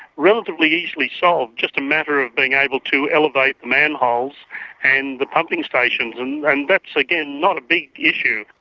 relatively easily solved, just a matter of being able to elevate manholes and the pumping stations. and and that's, again, not a big issue.